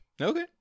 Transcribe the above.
Okay